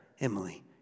Emily